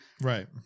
right